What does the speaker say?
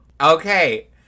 Okay